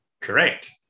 Correct